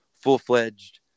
full-fledged